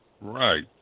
right